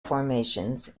formations